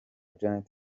janet